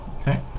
Okay